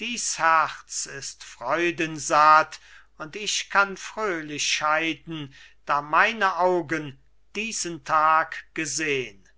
dies herz ist freudensatt und ich kann fröhlich scheiden da meine augen diesen tag gesehn